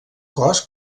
cos